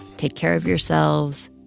take care of yourselves.